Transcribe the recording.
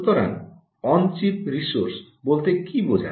সুতরাং on chip resource বলতে কী বোঝায়